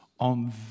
On